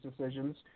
decisions